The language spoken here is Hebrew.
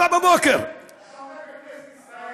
מ-23:00 עד 07:00. אתה עומד בכנסת ישראל